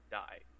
die